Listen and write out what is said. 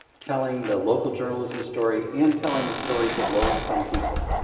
telling the local journalism story and telling the stories of low income people.